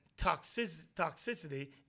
toxicity